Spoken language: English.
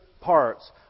parts